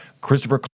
Christopher